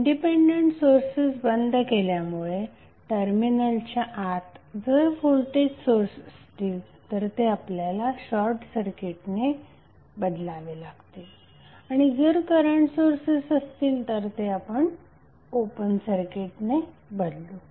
independent sources बंद केल्यामुळे टर्मिनलच्या आत जर व्होल्टेज सोर्स असतील तर ते आपल्याला शॉर्टसर्किटने रिप्लेस करावे लागतील आणि जर करंट सोर्सेस असतील तर ते आपल्याला ओपन सर्किटने रिप्लेस करावे लागतील